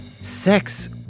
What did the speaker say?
Sex